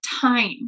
time